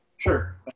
Sure